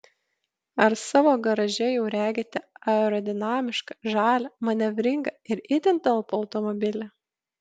ar savo garaže jau regite aerodinamišką žalią manevringą ir itin talpų automobilį